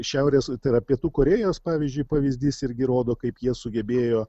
šiaurės tai yra pietų korėjos pavyzdžiui pavyzdys irgi rodo kaip jie sugebėjo